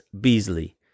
Beasley